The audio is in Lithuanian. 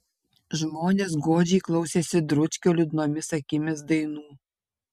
žmonės godžiai klausėsi dručkio liūdnomis akimis dainų